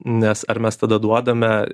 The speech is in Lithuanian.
nes ar mes tada duodame